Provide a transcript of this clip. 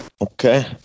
Okay